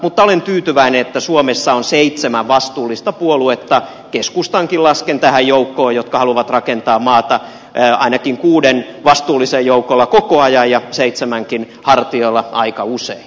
mutta olen tyytyväinen että suomessa on seitsemän vastuullista puoluetta keskustankin lasken tähän joukkoon jotka haluavat rakentaa maata ainakin kuuden vastuullisen joukolla koko ajan ja seitsemänkin hartioilla aika usein